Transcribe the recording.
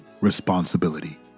responsibility